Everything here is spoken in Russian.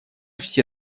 все